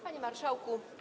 Panie Marszałku!